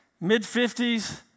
mid-50s